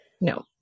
no